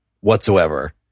whatsoever